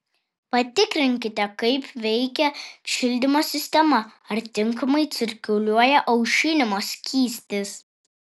patikrinkite kaip veikia šildymo sistema ar tinkamai cirkuliuoja aušinimo skystis